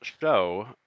show